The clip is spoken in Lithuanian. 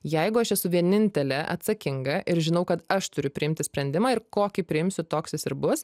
jeigu aš esu vienintelė atsakinga ir žinau kad aš turiu priimti sprendimą ir kokį priimsiu toks jis ir bus